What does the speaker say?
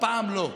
הפעם לא.